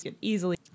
easily